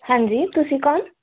ਹਾਂਜੀ ਤੁਸੀਂ ਕੌਣ